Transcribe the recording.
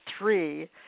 three